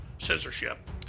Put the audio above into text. Censorship